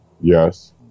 Yes